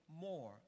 more